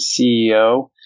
CEO